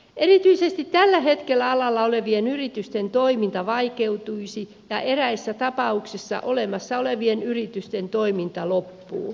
erityisesti tällä hetkellä alalla olevien yritysten toiminta vaikeutuisi ja eräissä tapauksissa olemassa olevien yritysten toiminta loppuu